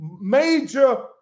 major